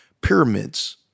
pyramids